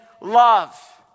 love